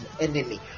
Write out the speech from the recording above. enemy